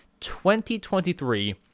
2023